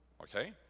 Okay